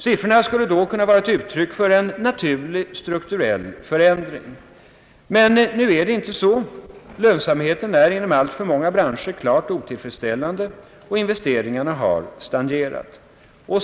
Siffrorna skulle då kunna vara ett uttryck för en naturlig strukturell förändring. Men nu är det inte så; lönsamheten är inom alltför många branscher klart otillfredsställande, och investeringarna har stagnerat.